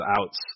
outs